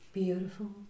Beautiful